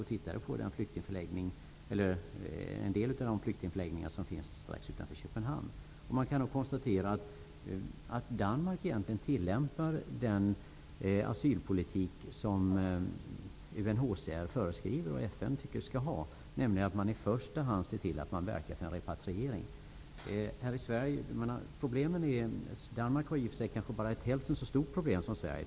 Vi tittade på en del av de flyktingförläggningar som finns strax utanför Köpenhamn. Jag kunde då konstatera att Danmark tillämpar den asylpolitik som UNHCR och FN rekommenderar, nämligen att i första hand se till att verka för en repatriering. Danmark har i och för sig ett problem som kanske bara är hälften så stort som det vi har i Sverige.